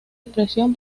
expresión